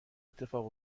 اتفاق